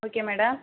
okay madam